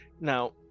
now